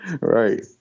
Right